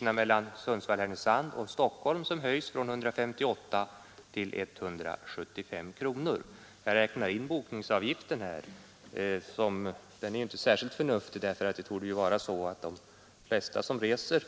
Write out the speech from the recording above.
Priset mellan Sundsvall/Härnösand och Stockholm höjs från 158 kronor till 175 kronor. Jag räknar in bokningsavgiften här. Den är inte särskilt förnuftig. De flesta som reser